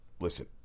Listen